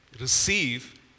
receive